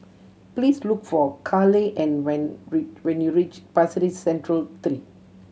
please look for Carleigh and when when you reach Pasir Ris Central Street three